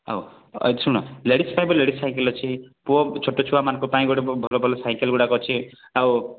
ହଉ ଏଇ ଶୁଣ ଲେଡିଜ୍ ପାଇଁ ଲେଡିଜ୍ ସାଇକଲ ଅଛି ପୁଅ ଛୋଟ ଛୁଆମାନଙ୍କ ପାଇଁ ଗୋଟେ ଭଲ ଭଲ ସାଇକେଲ ଗୁଡ଼ାକ ଅଛି ଆଉ